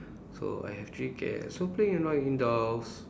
so I have three cats so playing around in the house